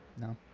No